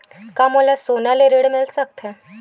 का मोला सोना ले ऋण मिल सकथे?